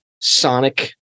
sonic